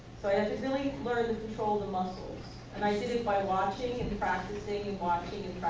really learn to control the muscles, and i did it by watching and practicing and watching